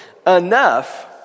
Enough